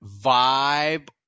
vibe